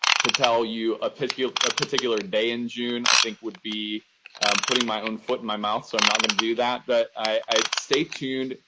to tell you a particular ah particular day in june i think would be putting my own foot in my mouth. so i'm not going to do that. but stay tuned.